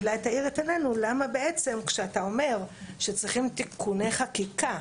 אולי תאיר את עינינו למה בעצם כשאתה אומר שצריכים תיקוני חקיקה,